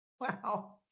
Wow